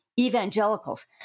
evangelicals